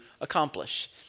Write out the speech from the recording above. accomplish